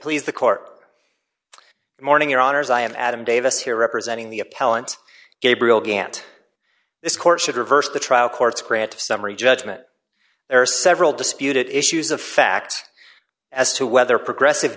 please the court morning your honour's i am adam davis here representing the appellant gabriel gant this court should reverse the trial court's grant to summary judgment there are several disputed issues of fact as to whether progressive